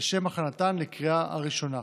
לשם הכנתן לקריאה הראשונה.